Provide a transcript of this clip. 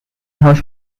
house